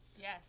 Yes